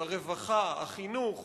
36% מההרוגים הם ערבים.